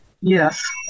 yes